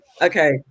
Okay